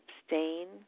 abstain